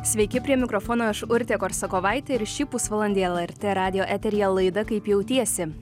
sveiki prie mikrofono aš urtė korsakovaitė ir šį pusvalandį lrt radijo eteryje laida kaip jautiesi